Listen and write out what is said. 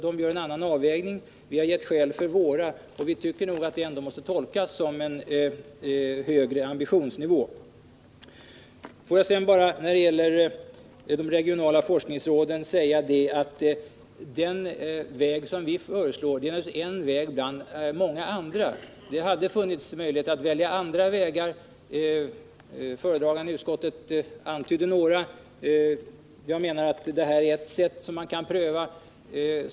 Den gör en annan avvägning. Vi har givit skäl för våra, och jag tycker nog ändå att det måste tolkas som en högre ambitionsnivå. Låt mig sedan när det gäller de regionala forskningsråden säga att den väg som vi föreslår naturligtvis är en väg bland många andra. Det hade funnits möjlighet att välja andra vägar. Utskottets talesman antydde några. Jag menar att det här är ett sätt som man kan pröva.